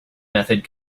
method